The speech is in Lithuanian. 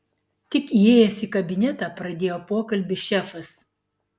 tik įėjęs į kabinetą pradėjo pokalbį šefas